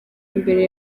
imbere